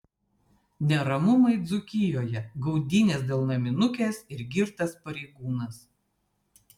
neramumai dzūkijoje gaudynės dėl naminukės ir girtas pareigūnas